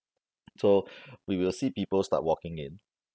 so we will see people start walking in